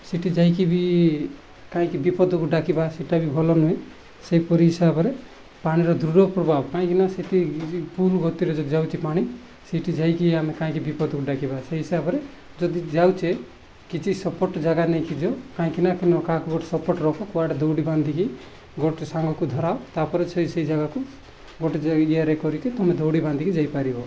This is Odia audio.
ସେଇଠି ଯାଇକି ବି କାହିଁକି ବିପଦକୁ ଡାକିବା ସେଇଟା ବି ଭଲ ନୁହେଁ ସେହିପରି ହିସାବରେ ପାଣିର ଦୃଢ଼ ପ୍ରବାହ କାହିଁକିନା ସେଇଠି ଫୁଲ୍ ଗତିରେ ଯଦି ଯାଉଛି ପାଣି ସେଇଠି ଯାଇକି ଆମେ କାହିଁକି ବିପଦକୁ ଡାକିବା ସେହି ହିସାବରେ ଯଦି ଯାଉଛେ କିଛି ସପୋର୍ଟ୍ ଜାଗା ନେଇକି ଯିବ କାହିଁକିନା କାହାକୁ ଗୋଟେ ସପୋର୍ଟ୍ ରଖ କୁଆଡ଼େ ଦୌଡ଼ି ବାନ୍ଧିକି ଗୋଟେ ସାଙ୍ଗକୁ ଧରାଅ ତା'ପରେ ସେ ସେହି ଜାଗାକୁ ଗୋଟେ ଇଆରେ କରିକି ତୁମେ ଦୌଡ଼ି ବାନ୍ଧିକି ଯାଇପାରିବ